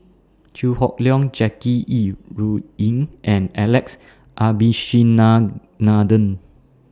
Chew Hock Leong Jackie Yi Ru Ying and Alex Abishenanaden